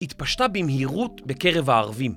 התפשטה במהירות בקרב הערבים.